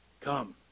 Come